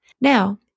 Now